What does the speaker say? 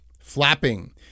flapping